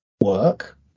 work